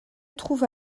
trouve